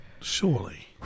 Surely